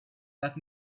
that